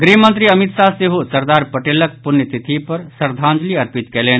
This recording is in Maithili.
गृह मंत्री अमित शाह सेहो सरदार पटेलक पुण्यतिथि पर श्रद्वांजलि अर्पित कयलनि